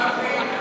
גפני,